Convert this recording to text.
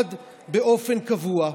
יוצמד באופן קבוע.